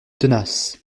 tenace